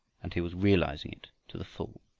and he was realizing it to the full.